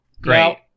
Great